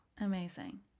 amazing